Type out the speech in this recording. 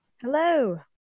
Hello